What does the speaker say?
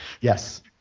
Yes